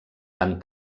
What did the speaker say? van